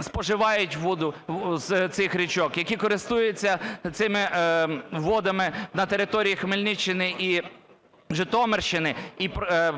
споживають воду з цих річок, які користуються цими водами на території Хмельниччини і Житомирщини, і